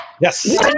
Yes